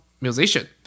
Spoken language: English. musician